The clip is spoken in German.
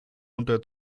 unter